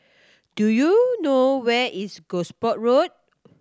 do you know where is Gosport Road